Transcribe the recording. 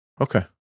Okay